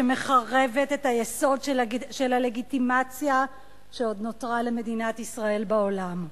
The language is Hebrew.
שמחרבת את היסוד של הלגיטימציה שעוד נותרה למדינת ישראל בעולם.